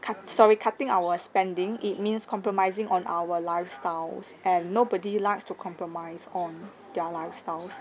cut sorry cutting our spending it means compromising on our lifestyles and nobody likes to compromise on their lifestyles